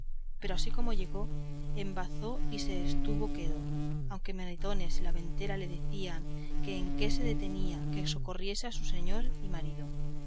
pero así como llegó embazó y se estuvo quedo aunque maritornes y la ventera le decían que en qué se detenía que socorriese a su señor y marido